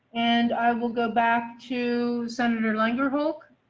and i will go back to senator longer hulk.